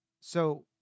So-